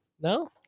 No